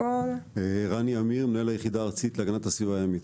מנהל היחידה הארצית להגנת הסביבה הימית,